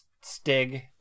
Stig